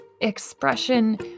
expression